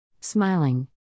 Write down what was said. Smiling